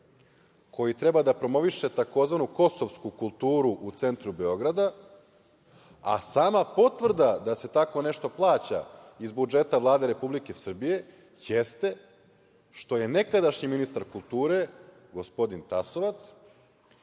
koji treba da promoviše tzv. Kosovsku kulturu u centru Beograda. Sama potvrda da se tako nešto plaća iz budžeta Vlade Republike Srbije jeste što je nekadašnji ministar kulture, gospodin Tasovac,